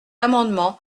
amendement